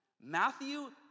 Matthew